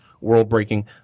world-breaking